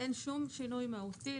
אין שום שינוי מהותי,